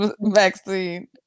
vaccine